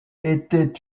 était